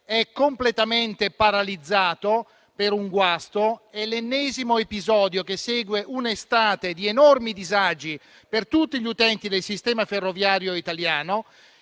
è completamente paralizzato per un guasto. È l'ennesimo episodio che segue un'estate di enormi disagi per tutti gli utenti del sistema ferroviario italiano.